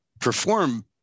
perform